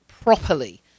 Properly